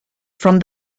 from